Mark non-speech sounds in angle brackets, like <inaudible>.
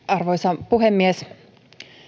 <unintelligible> arvoisa puhemies